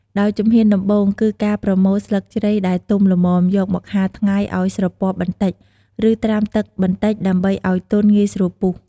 ដោយជំហានដំបូងគឺការប្រមូលស្លឹកជ្រៃដែលទុំល្មម យកមកហាលថ្ងៃឲ្យស្រពាប់បន្តិច ឬត្រាំទឹកបន្តិចដើម្បីឲ្យទន់ងាយស្រួលពុះ។